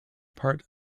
part